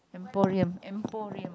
emporium emporium